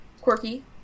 Quirky